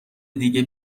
دیگه